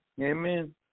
Amen